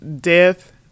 death